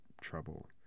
trouble